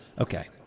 Okay